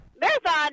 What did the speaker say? Marathon